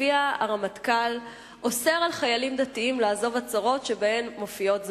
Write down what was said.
ולפיה הרמטכ"ל אוסר על חיילים דתיים לעזוב עצרות שבהן מופיעות זמרות.